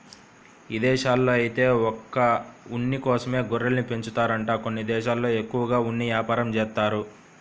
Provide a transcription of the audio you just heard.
ఇదేశాల్లో ఐతే ఒక్క ఉన్ని కోసమే గొర్రెల్ని పెంచుతారంట కొన్ని దేశాల్లో ఎక్కువగా ఉన్ని యాపారం జేత్తారు